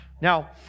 Now